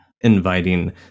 inviting